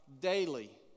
daily